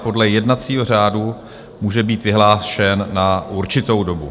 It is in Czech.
Podle jednacího řádu může být vyhlášen na určitou dobu.